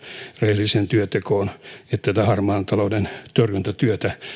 rehelliseen työntekoon että tätä harmaan talouden torjuntatyötä